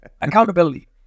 accountability